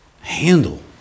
handle